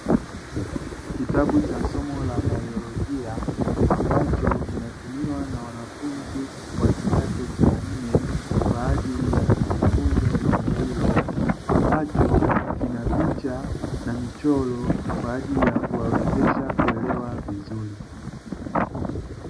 Kitabu cha somo la baiolojia ambacho kinatumiwa na wanafunzi wa kidato cha nne kwa ajili ya kujifunza somo hilo ambacho kina picha na michoro kwa ajili ya kuwawezesha kuelewa vizuri.